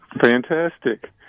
Fantastic